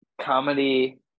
comedy